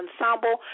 Ensemble